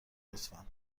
لطفا